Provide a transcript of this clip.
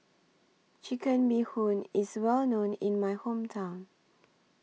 Chicken Bee Hoon IS Well known in My Hometown